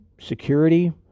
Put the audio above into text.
security